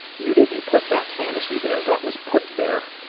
you didn't put that fantasy there. that was put there.